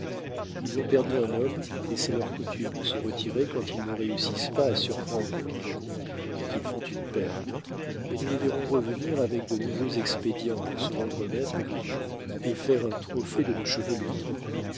ils ont perdu un homme et c'est leur coutume de se retirer quand ils ne réussissent pas à surprendre leurs ennemis et qu'ils font une perte mais nous les verrons revenir avec de nouveaux expédients pour se rendre maîtres de nous et faire un trophée de nos chevelures